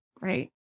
right